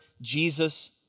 Jesus